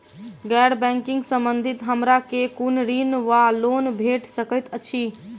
गैर बैंकिंग संबंधित हमरा केँ कुन ऋण वा लोन भेट सकैत अछि?